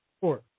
Four